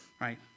right